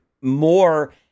more